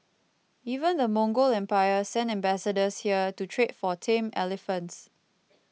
even the Mongol empire sent ambassadors here to trade for tame elephants